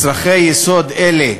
מצרכי יסוד אלה,